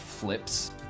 flips